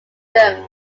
them